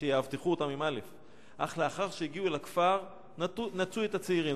אך לאחר שהגיעו אל הכפר נטשו את הצעירים.